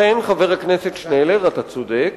ואכן, אכן חבר הכנסת שנלר, אתה צודק.